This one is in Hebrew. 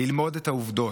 ללמוד את העובדות.